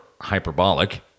hyperbolic